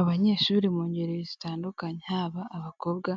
Abanyeshuri mu ngeri zitandukanye haba abakobwa